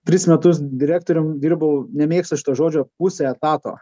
tris metus direktorium dirbau nemėgstu šito žodžio pusę etato